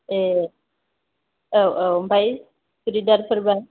ए औ औ आमफाय सुरिदार फोरबा